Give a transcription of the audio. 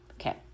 Okay